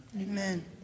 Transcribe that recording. Amen